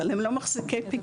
אבל הם לא מחזיקי פיקדונות.